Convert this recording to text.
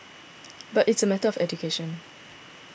but it's a matter of education